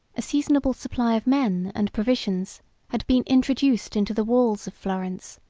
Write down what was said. a seasonable supply of men and provisions had been introduced into the walls of florence,